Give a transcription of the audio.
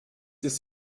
ist